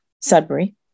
Sudbury